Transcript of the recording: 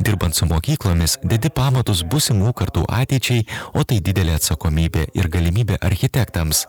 dirbant su mokyklomis dedi pamatus būsimų kartų ateičiai o tai didelė atsakomybė ir galimybė architektams